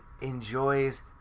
enjoys